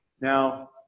Now